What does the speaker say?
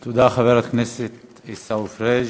תודה, חבר הכנסת עיסאווי פריג'.